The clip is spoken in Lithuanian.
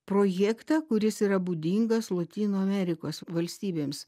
projektą kuris yra būdingas lotynų amerikos valstybėms